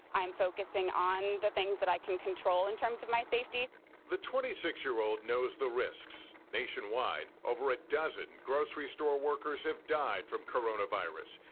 i'm focussing on the things that i can control in terms of my safety. reporter the twenty six year old knows the risks. nationwide, over a dozen grocery store workers have died from coronavirus.